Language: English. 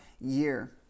year